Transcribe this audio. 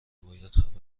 باید